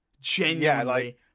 Genuinely